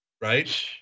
right